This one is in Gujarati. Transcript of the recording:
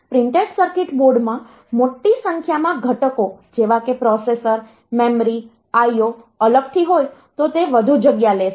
પ્રિન્ટેડ સર્કિટ બોર્ડમાં મોટી સંખ્યામાં ઘટકો જેવા કે પ્રોસેસર મેમરી IO અલગથી હોય તો તે વધુ જગ્યા લેશે